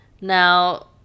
Now